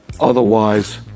Otherwise